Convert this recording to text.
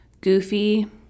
goofy